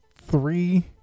three